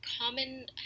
common